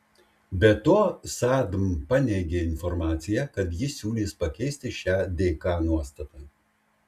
be to sadm paneigė informaciją kad ji siūlys pakeisti šią dk nuostatą